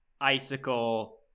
icicle